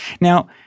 Now